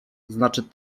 znaczy